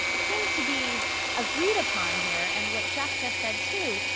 seems to be agreed upon here, and what jeff just said, too,